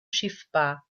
schiffbar